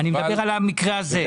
אני מדבר על המקרה הזה.